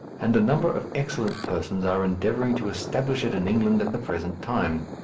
and a number of excellent persons are endeavouring to establish it in england at the present time.